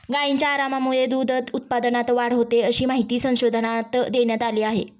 गायींच्या आरामामुळे दूध उत्पादनात वाढ होते, अशी माहिती संशोधनात देण्यात आली आहे